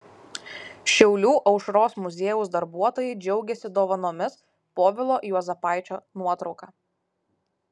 šiaulių aušros muziejaus darbuotojai džiaugiasi dovanomis povilo juozapaičio nuotrauka